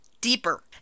deeper